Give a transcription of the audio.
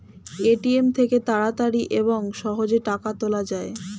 ATM থেকে তাড়াতাড়ি এবং সহজে টাকা তোলা যায়